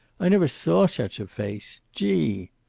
i never saw such a face. gee!